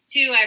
Two